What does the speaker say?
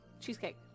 cheesecake